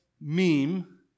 meme